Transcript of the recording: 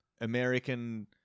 American